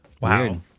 wow